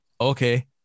okay